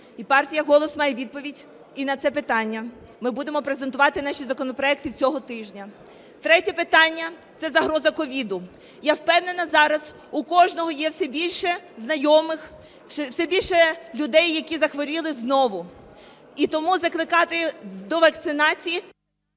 і партія "Голос" має відповідь і на це питання, ми будемо презентувати наші законопроекти цього тижня. Третє питання – це загроза COVID. Я впевнена, зараз у кожного є все більше знайомих, все більше людей, які захворіли знову. І тому закликати до вакцинації…